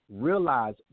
realize